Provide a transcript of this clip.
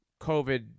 COVID